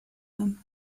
them